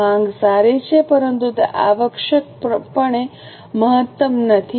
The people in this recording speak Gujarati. માંગ સારી છે પરંતુ તે આવશ્યકપણે મહત્તમ નથી